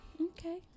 Okay